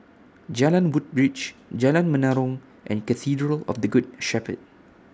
Jalan Woodbridge Jalan Menarong and Cathedral of The Good Shepherd